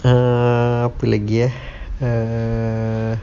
err apa lagi eh err